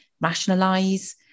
rationalize